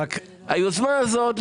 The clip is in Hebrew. היוזמה הזאת,